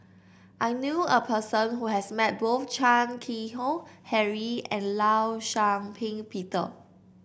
I knew a person who has met both Chan Keng Howe Harry and Law Shau Ping Peter